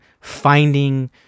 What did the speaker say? finding